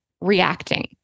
reacting